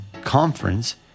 conference